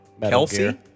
Kelsey